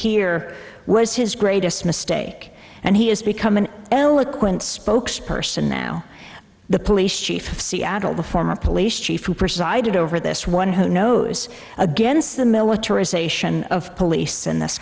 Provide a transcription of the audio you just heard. here was his greatest mistake and he has become an eloquent spokes person now the police chief seattle the former police chief who presided over this one who knows against the militarization of police in this